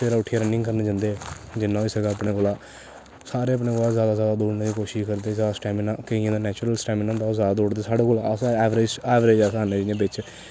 सवेरै उट्ठियै रनिंग करन जंदे जिन्ना होई सकदा अपने कोला सारे अपने कोला जादा कोला जादा दौड़ने दी कोशिश करदे जादा स्टैमना केइयें दा नैचुरल स्टैमना होंदा ओह् जादा दौड़दे साढ़े कोला अस ऐवरेज़ ऐवरेज़ अस आन्ने जियां बिच्च